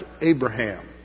Abraham